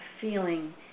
feeling